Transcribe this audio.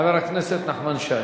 חבר הכנסת נחמן שי.